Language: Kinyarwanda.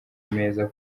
meza